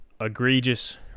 egregious